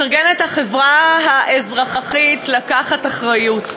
מתארגנת החברה האזרחית לקחת אחריות.